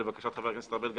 לבקשת חבר הכנסת ארבל,